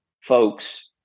folks